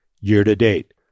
year-to-date